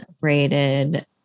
rated